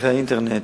מסכי האינטרנט,